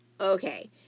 okay